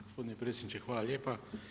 Gospodine predsjedniče hvala lijepo.